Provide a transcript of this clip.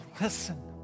listen